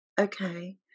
okay